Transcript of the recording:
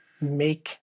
make